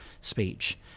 speech